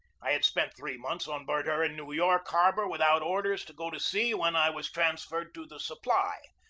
i had spent three months on board her in new york harbor without orders to go to sea when i was transferred to the supply,